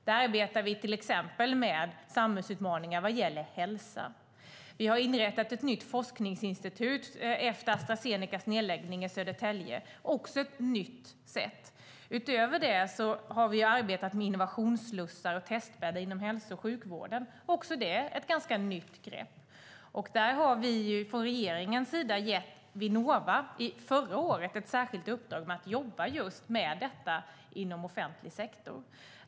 Där arbetar vi med samhällsutmaningar vad gäller hälsa. Vi har inrättat ett nytt forskningsinstitut efter Astra Zenecas nedläggning i Södertälje. Det är också ett nytt sätt. Utöver det har vi arbetat med innovationsslussar och testbäddar inom hälso och sjukvården. Också det är ett nytt grepp. Där gav vi från regeringens sida förra året Vinnova ett särskilt uppdrag att jobba med dessa frågor inom offentlig sektor.